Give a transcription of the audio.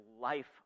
life